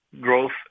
growth